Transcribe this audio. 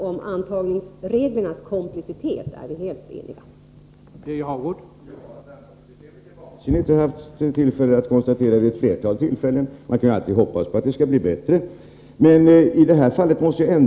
Att antagningsreglerna är komplicerade är vi helt eniga om.